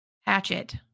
hatchet